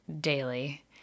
daily